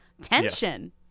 Tension